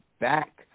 back